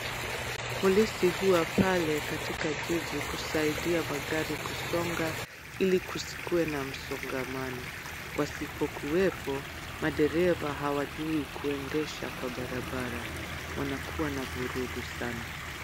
Polisi Huwa pale katika jiji ,Kusaidia magari kusonga, ili kusikuwe na msongamano. Wasipokuwepo madereva hawajui kuendesha kwa barabara ,wanakuwa na vurugu sana.